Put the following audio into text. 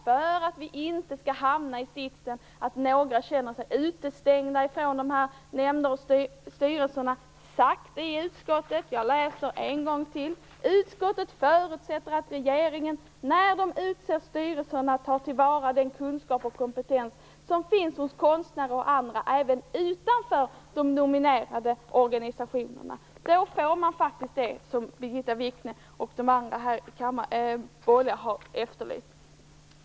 För att vi inte skall hamna i sitsen att några känner sig utestängda från dessa nämnder och styrelser har utskottet sagt att utskottet förutsätter att regeringen när den utser styrelserna tar till vara den kunskap och kompetens som finns hos konstnärer och andra även utanför de dominerande organisationerna. Då uppnås faktiskt det som Birgitta Wichne och de båda andra ledamöterna här i kammaren har efterlyst.